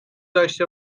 داشته